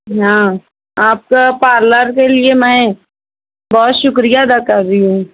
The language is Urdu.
ہاں آپ کا پارلر کے لیے میں بہت شکریہ ادا کر رہی ہوں